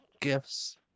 gifts